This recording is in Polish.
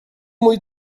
mój